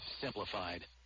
simplified